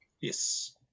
Yes